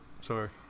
sorry